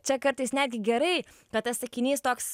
čia kartais netgi gerai kad tas sakinys toks